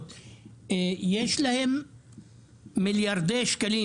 יש להם רווח של מיליארדי שקלים.